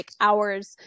hours